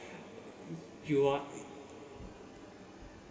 you are